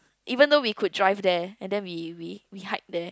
even though we could drive there and then we we we hike there